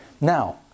Now